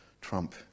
trump